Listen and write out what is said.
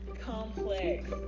complex